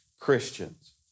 Christians